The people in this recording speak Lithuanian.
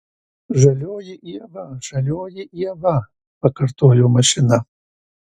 žalioji ieva žalioji ieva pakartojo mašina